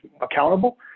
accountable